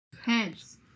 Heads